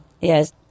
yes